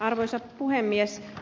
arvoisa puhemies